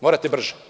Morate brže.